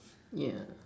yeah